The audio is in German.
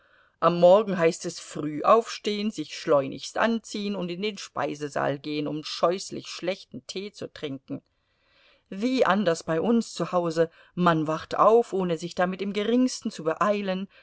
am morgen heißt es früh aufstehen sich schleunigst anziehen und in den speisesaal gehen um scheußlich schlechten tee zu trinken wie anders bei uns zu hause man wacht auf ohne sich damit im geringsten zu beeilen